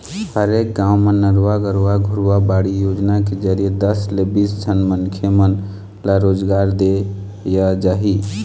हरेक गाँव म नरूवा, गरूवा, घुरूवा, बाड़ी योजना के जरिए दस ले बीस झन मनखे मन ल रोजगार देय जाही